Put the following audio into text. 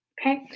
okay